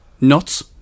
Nuts